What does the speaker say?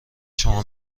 شما